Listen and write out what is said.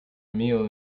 meal